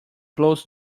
blows